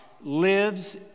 lives